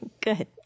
Good